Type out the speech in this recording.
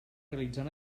realitzant